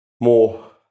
More